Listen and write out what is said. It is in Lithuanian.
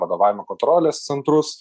vadovavimo kontrolės centrus